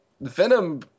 Venom